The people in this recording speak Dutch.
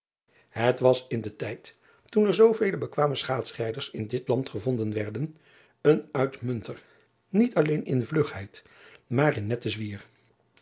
ij was in den tijd toen er zoovele bekwame schaatsrijders in dit land gevonden werden een uitmunter niet alleen in vlugheid maar in netten zwier